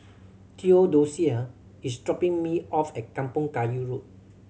Theodosia is dropping me off at Kampong Kayu Road